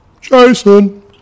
Jason